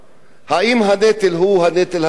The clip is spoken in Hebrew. האם הנטל הוא הנטל הצבאי?